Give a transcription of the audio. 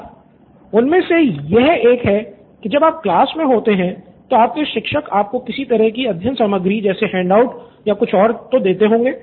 student 1 उनमें से एक यह है कि जब आप क्लास में होते हैं तो आपके शिक्षक आपको किसी तरह कि अध्ययन सामग्री जैसे हैंडआउट या कुछ और देते होंगे